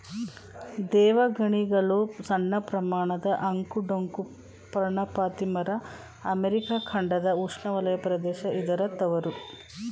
ದೇವಗಣಿಗಲು ಸಣ್ಣಪ್ರಮಾಣದ ಅಂಕು ಡೊಂಕು ಪರ್ಣಪಾತಿ ಮರ ಅಮೆರಿಕ ಖಂಡದ ಉಷ್ಣವಲಯ ಪ್ರದೇಶ ಇದರ ತವರು